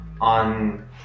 on